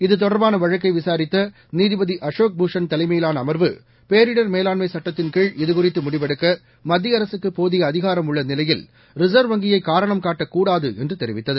இத்தொடர்பான வழக்கை விளரித்த நீதிபதி அசோக் பூஷன் தலைமையிலாள அமர்வு பேரிடர் மேலாண்மை சட்டத்தின்கீழ் இதுகுறித்து முடிவெடுக்க மத்திய அரகக்கு போதிய அதிகாரம் உள்ள நிலையில் ரிசர்வ் வங்கியை காரணம் காட்டக்கூடாது என்று தெரிவித்தது